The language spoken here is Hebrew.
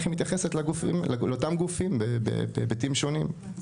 היא מתייחסת אל אותם גופים בהיבטים שונים.